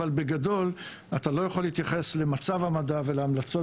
אבל בגדול אתה לא יכול להתייחס למצב המדע ולהמלצות